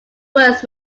words